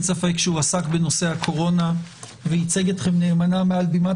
ספק שהוא עסק בנושא הקורונה וייצג אתכם נאמנה מעל בימת